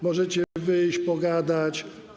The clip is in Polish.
Możecie wyjść, pogadać.